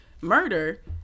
murder